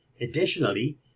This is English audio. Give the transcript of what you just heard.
Additionally